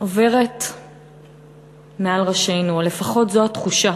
עובר מעל ראשנו, או לפחות זו התחושה